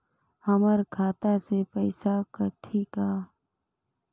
हमर खाता से पइसा कठी का?